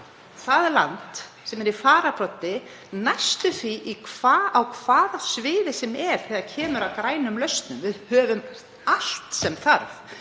það land sem er í fararbroddi næstum því á hvaða sviði sem er þegar kemur að grænum lausnum. Við höfum allt sem þarf.